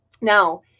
Now